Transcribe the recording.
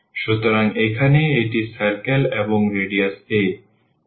সুতরাং এখানে এটি circle এবং radius a